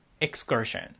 excursion